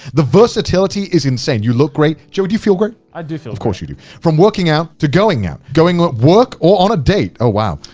the versatility is insane. you look great. joey, do you feel great? i do feel great. of course you do. from working out, to going out, going at work or on a date. oh wow!